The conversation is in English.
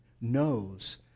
knows